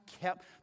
kept